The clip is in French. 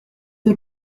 des